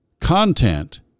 content